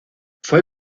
fue